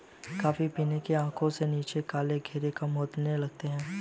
coffee पीने से आंखों के नीचे काले घेरे कम होने लगते हैं